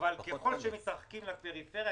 אבל ככל שמתרחקים לפריפריה,